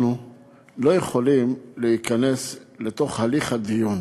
אנחנו לא יכולים להיכנס לתוך הליך הדיון.